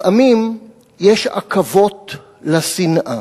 לפעמים יש עכבות לשנאה.